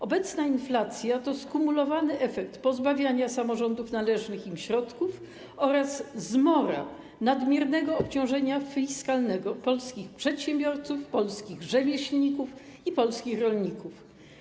Obecna inflacja to skumulowany efekt pozbawiania samorządów należnych im środków oraz zmora nadmiernego obciążenia fiskalnego polskich przedsiębiorców, polskich rzemieślników i polskich rolników.